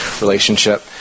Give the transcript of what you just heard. relationship